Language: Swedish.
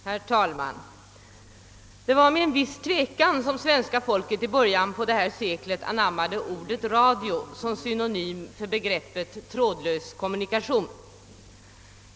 Herr talman! Det var med en viss tvekan som svenska folket i början på detta sekel anammade ordet radio som synonym för begreppet trådlös kommunikation.